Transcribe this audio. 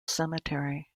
cemetery